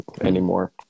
anymore